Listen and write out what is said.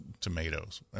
tomatoes